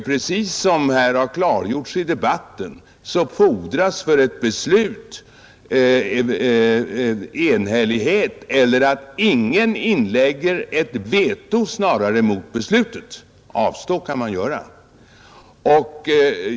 Precis som klargjorts i debatten fordras för ett beslut enhällighet, eller snarare att ingen av säkerhetsrådets permanenta medlemmar inlägger ett veto mot beslutet — avstå kan man göra.